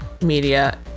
media